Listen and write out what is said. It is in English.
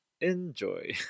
Enjoy